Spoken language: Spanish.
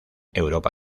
europa